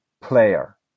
player